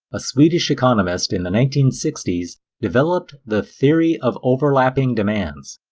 a swedish economist, in the nineteen sixty s developed the theory of overlapping demands.